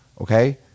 Okay